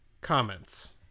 comments